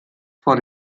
for